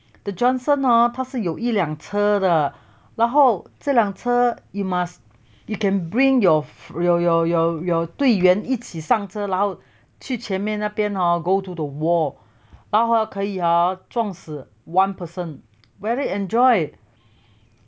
the johnson hor 他是有一辆车的然后这辆车 you must you can bring your your your your 队员一起上车然后去前面那边 hor go to the wall 然后可以撞死 one person very enjoy